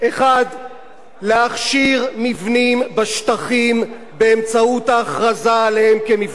1. להכשיר מבנים בשטחים באמצעות ההכרזה עליהם כמבני דת,